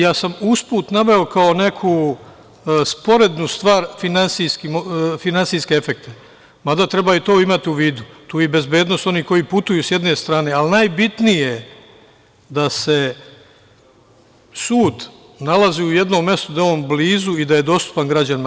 Ja sam usput naveo kao neku sporednu stvar finansijske efekte, mada treba i to imati u vidu, tu je i bezbednost onih koji putuju s jedne strane, ali najbitnije je da se sud nalazi u jednom mestu, da je on blizu i da je dostupan građanima.